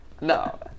No